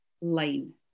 line